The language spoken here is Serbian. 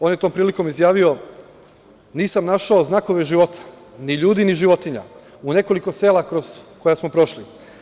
On je tom prilikom izjavio: „Nisam našao znakove života, ni ljudi, ni životinja u nekoliko sela kroz koja smo prošli.